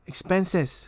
Expenses